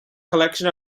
collection